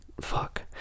Fuck